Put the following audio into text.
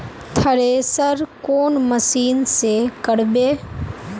Thresher कौन machine से करबे?